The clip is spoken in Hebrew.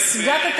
בנייני האומה.